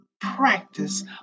practice